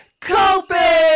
Coping